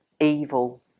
evil